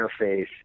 interface